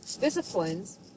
disciplines